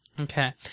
Okay